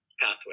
pathway